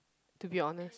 to be honest